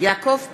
יעקב פרי,